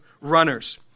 runners